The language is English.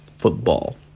football